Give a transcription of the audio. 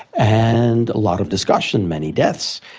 and a lot of discussion, many deaths,